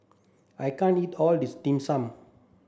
I can't eat all this dim sum